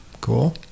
Cool